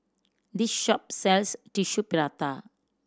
this shop sells Tissue Prata